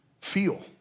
feel